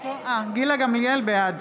בעד